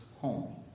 home